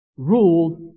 ruled